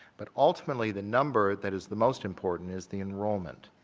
but ultimately the number that is the most important is the enrollment.